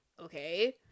okay